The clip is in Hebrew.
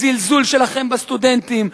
הזלזול שלכם בסטודנטים,